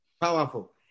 Powerful